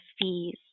fees